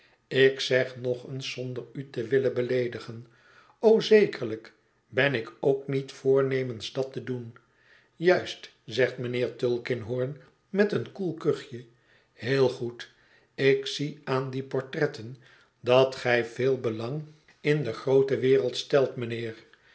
ik zeg nog eens zonder u te willen beleedigen o zekerlijk ben ik ook niet voornemens dat te doen juist zegt mijnheer tulkinghorn met een koel kuchje heel goed ik zie aan die portretten dat gij veel belang in de groote wereld stelt mijnheer